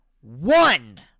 one